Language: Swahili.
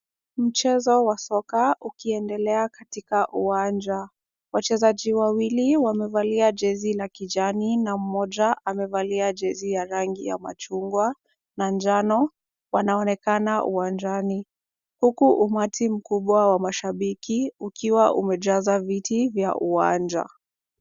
Mchezo wa soka ukiendelea katika uwanja. Wachezaji wawili wamevalia jezi za kijani na mmoja amevalia jezi ya rangi ya machungwa na njano. Wanaonekana uwanjani, huku umati mkubwa wa mashabiki ukiwa umejaza viti vya uwanja.